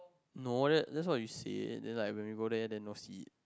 no that that's what you said then like when we go there then not see